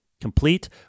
complete